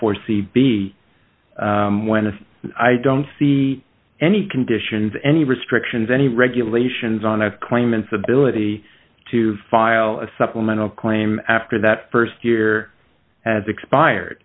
four c b when if i don't see any conditions any restrictions any regulations on i've claimants ability to file a supplemental claim after that st year has expired